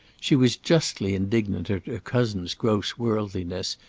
she was justly indignant at her cousin's gross worldliness,